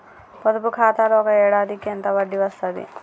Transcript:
పొదుపు ఖాతాలో ఒక ఏడాదికి ఎంత వడ్డీ వస్తది?